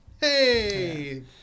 Hey